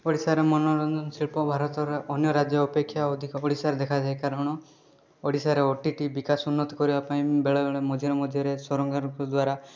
ଓଡ଼ିଶାରେ ମନୋରଞ୍ଜନ ଶିଳ୍ପ ଭାରତର ଅନ୍ୟ ରାଜ୍ୟ ଅପେକ୍ଷା ଓଡ଼ିଶାରେ ଦେଖାଯାଏ କାରଣ ଓଡ଼ିଶାରେ ଓଟିଟି ବିକାଶ ଉନ୍ନତ କରିବା ପାଇଁ ବେଳେବେଳେ ମଝିରେ ମଝିରେ ସରକାରଙ୍କ ଦ୍ୱାରା